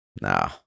Nah